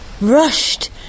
rushed